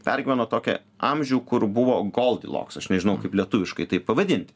pergyveno tokį amžių kur buvo goldloks aš nežinau kaip lietuviškai tai pavadinti